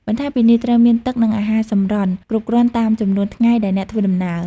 បន្ថែមពីនេះត្រូវមានទឹក និងអាហារសម្រន់គ្រប់គ្រាន់តាមចំនួនថ្ងៃដែលអ្នកធ្វើដំណើរ។